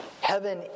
heaven